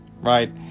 right